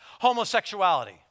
homosexuality